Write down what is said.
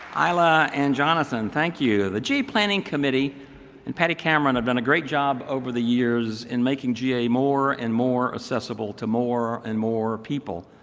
ayla and jonathan, thank you. the ga planning committee and patty cameron have done a great job over the years at making ga more and more accessible to more and more people.